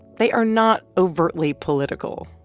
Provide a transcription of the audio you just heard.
they are not overtly political,